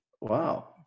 Wow